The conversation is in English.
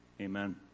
Amen